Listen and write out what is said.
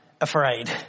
afraid